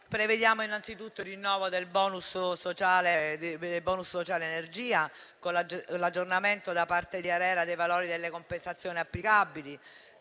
Prevediamo innanzitutto il rinnovo del *bonus* sociale energia, con l'aggiornamento da parte di ARERA dei valori delle compensazioni applicabili,